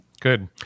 good